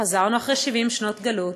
חזרנו אחרי 70 שנות גלות,